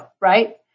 right